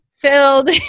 Filled